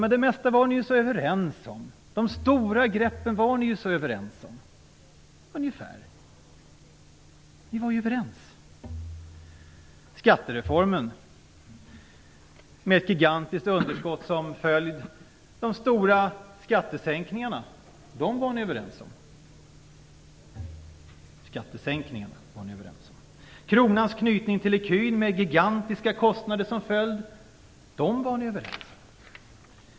Men det mesta var ni ju så överens om, de stora greppen var ni ju - ungefär - överens om. Ni var ju överens. Skattereformen, med ett gigantiskt underskott som följd, och de stora skattesänkningarna - detta var ni överens om. Skattesänkningarna var ni överens om. Kronans knytning till ecun, med gigantiska kostnader som följd - det var ni överens om.